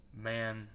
man